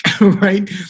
right